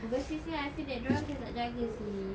overseas nya I feel that dorang macam tak jaga seh